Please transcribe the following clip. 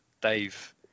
Dave